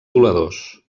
voladors